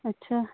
अच्छा